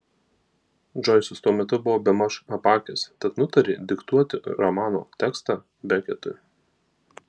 džoisas tuo metu buvo bemaž apakęs tad nutarė diktuoti romano tekstą beketui